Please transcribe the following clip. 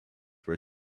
were